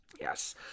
Yes